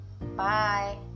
Bye